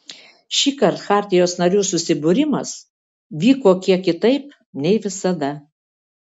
šįkart chartijos narių susibūrimas vyko kiek kitaip nei visada